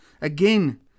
Again